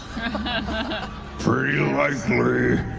but pretty ah likely.